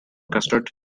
custard